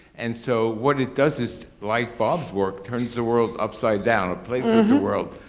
and so what it does is like bob's work turns the world upside down a new world,